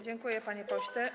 Dziękuję, panie pośle.